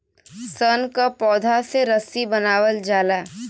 सन क पौधा से रस्सी बनावल जाला